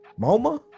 MoMA